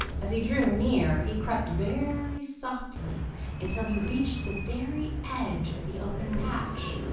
as he drew near, he crept very softly until he reached the very edge of the open patch.